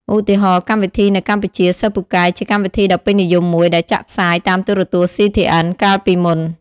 ឧទាហរណ៍កម្មវិធីនៅកម្ពុជាសិស្សពូកែជាកម្មវិធីដ៏ពេញនិយមមួយដែលចាក់ផ្សាយតាមទូរទស្សន៍ CTN កាលពីមុន។